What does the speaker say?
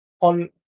on